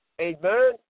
Amen